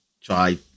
try